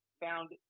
found